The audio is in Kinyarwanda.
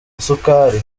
isukari